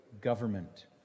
government